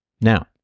Now